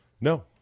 No